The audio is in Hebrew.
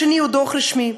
השני הוא דוח רשמי,